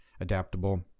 adaptable